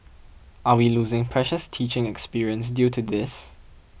are we losing precious teaching experience due to this